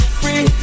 free